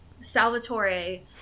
Salvatore